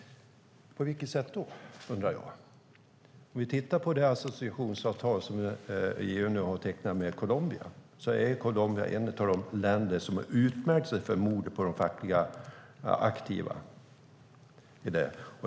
På vilket sätt då, undrar jag. Låt oss se på det associationsavtal som EU tecknade med Colombia i juni. Colombia är ett av de länder som utmärkt sig för mord på fackligt aktiva.